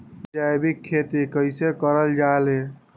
जैविक खेती कई से करल जाले?